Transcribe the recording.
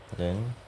ah then